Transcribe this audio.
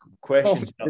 questions